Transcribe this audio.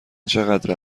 چقدر